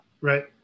Right